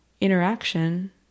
interaction